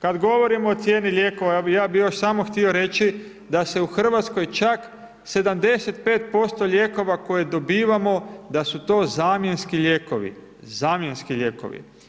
Kad govorimo o cijeni lijekova, ja bih još samo htio reći da se u Hrvatskoj čak 75% lijekova koje dobivamo, da su to zamjenski lijekovi, zamjenski lijekovi.